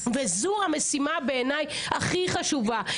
וזו המשימה בעיני הכי חשובה.